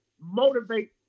motivate